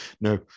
No